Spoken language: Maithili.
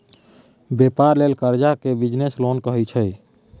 बेपार लेल करजा केँ बिजनेस लोन कहै छै